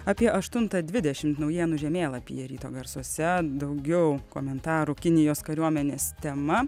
apie aštuntą dvidešimt naujienų žemėlapyje ryto garsuose daugiau komentarų kinijos kariuomenės tema